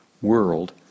world